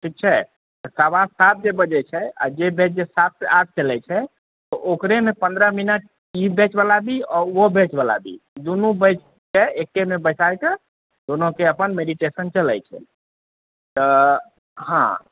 ठीक छै सवा सात जे बैच छै आ जे बैच जे सात सँ आठ चलै छै ओकरेमे पन्द्रह मिनट ई बैच वला भी आओर ओहो बैच वला भी दुनू बैचके एकेमे बैसाकऽ दोनोके अपन मैडिटेशन चलै छै तऽ हँ